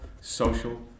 social